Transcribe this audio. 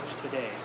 today